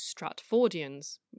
Stratfordians